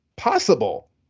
possible